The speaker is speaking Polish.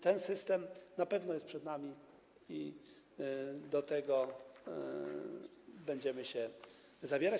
Ten system na pewno jest przed nami i do tego będziemy się zabierać.